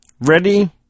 Ready